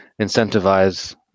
incentivize